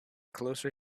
closer